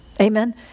Amen